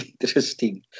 interesting